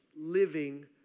living